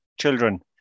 children